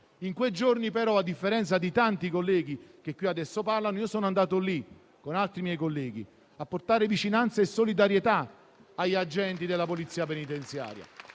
In quei giorni però, a differenza di tanti colleghi che adesso parlano in questa sede, io sono andato lì con altri miei colleghi a portare vicinanza e solidarietà agli agenti della polizia penitenziaria,